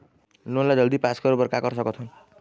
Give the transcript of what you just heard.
Loan ला जल्दी pass करे बर का कर सकथन?